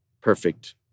perfect